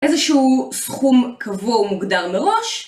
איזשהו סכום קבוע ומוגדר מראש.